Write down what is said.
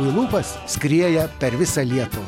į lūpas skrieja per visą lietuvą